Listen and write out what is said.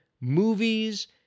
movies